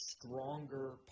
stronger